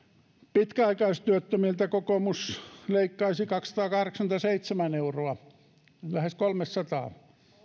pitkäaikaistyöttömiltä kokoomus leikkaisi kaksisataakahdeksankymmentäseitsemän euroa lähes kolmesataa